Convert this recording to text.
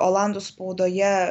olandų spaudoje